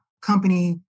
company